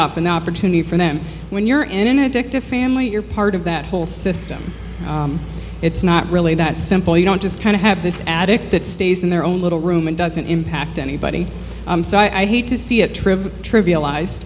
up an opportunity for them when you're in an addictive family you're part of that whole system it's not really that simple you don't just kind of have this addict that stays in their own little room and doesn't impact anybody so i hate to see a trip trivialize